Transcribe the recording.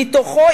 מתוכנו,